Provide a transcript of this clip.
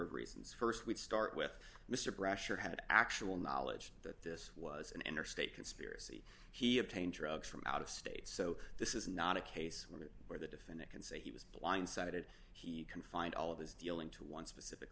of reasons st would start with mr brush or had actual knowledge that this was an interstate conspiracy he obtained drugs from out of state so this is not a case where the defendant can say he was blindsided he can find all of his dealing to one specific